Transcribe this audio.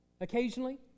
occasionally